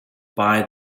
buy